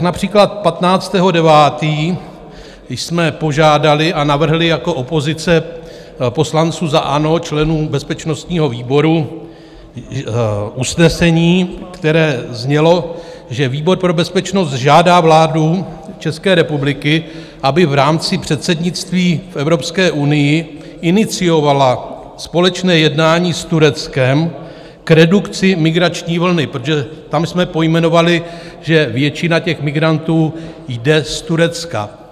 Například 15. 9. jsme požádali a navrhli jako opozice poslanců za ANO členům bezpečnostního výboru usnesení, které znělo, že výbor pro bezpečnost žádá vládu České republiky, aby v rámci předsednictví v Evropské unii iniciovala společné jednání s Tureckem k redukci migrační vlny, protože tam jsme pojmenovali, že většina těch migrantů jde z Turecka.